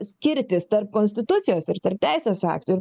skirtis tarp konstitucijos ir tarp teisės aktų ir